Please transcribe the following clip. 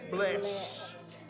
Blessed